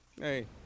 Hey